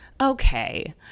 Okay